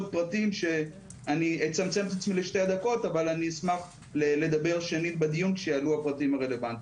פרטים שאני אשמח לדבר עליהם בדיון עת יעלו הפרטים הרלוונטיים.